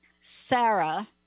Sarah